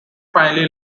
finally